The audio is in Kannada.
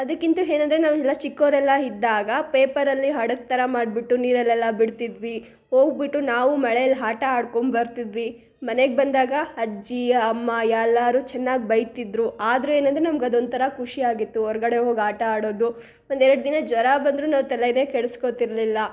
ಅದಕ್ಕಿಂತೂ ಏನಂದ್ರೆ ನಾವೆಲ್ಲ ಚಿಕ್ಕವರೆಲ್ಲಾ ಇದ್ದಾಗ ಪೇಪರಲ್ಲಿ ಹಡಗು ಥರ ಮಾಡಿಬಿಟ್ಟು ನೀರಲ್ಲೆಲ್ಲ ಬಿಡುತ್ತಿದ್ವಿ ಹೋಗಿಬಿಟ್ಟು ನಾವು ಮಳೆಯಲ್ಲಿ ಆಟ ಆಡ್ಕೊಬರ್ತಿದ್ವಿ ಮನೆಗೆ ಬಂದಾಗ ಅಜ್ಜಿ ಅಮ್ಮ ಎಲ್ಲರು ಚೆನ್ನಾಗಿ ಬೈತಿದ್ದರು ಆದ್ರೆ ಏನಂದರೆ ನಮ್ಗೆ ಅದೊಂಥರ ಖುಷಿ ಆಗಿತ್ತು ಹೊರ್ಗಡೆ ಹೋಗಿ ಆಟ ಆಡೋದು ಒಂದೆರಡು ದಿನ ಜ್ವರ ಬಂದರೂ ನಾವು ತಲೆಯೇ ಕೆಡಿಸ್ಕೋತಿರಲಿಲ್ಲ